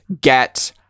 get